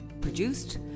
produced